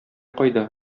кайда